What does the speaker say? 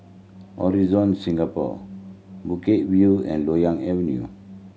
Horizon Singapore Bukit View and Loyang Avenue